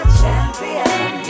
champion